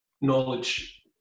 knowledge